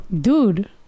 dude